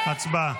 הצבעה.